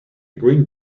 green